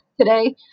today